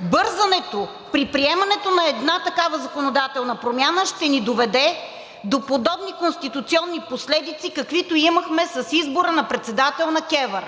Бързането при приемането на една такава законодателна промяна ще ни доведе до подобни конституционни последици, каквито имахме с избора на председател на КЕВР.